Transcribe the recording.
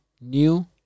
new